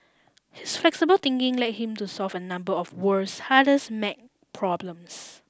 his flexible thinking led him to solve a number of the world's hardest math problems